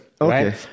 Okay